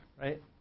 Right